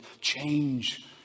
change